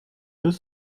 deux